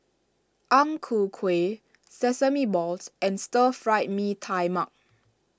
Ang Ku Kueh Sesame Balls and Stir Fry Mee Tai Mak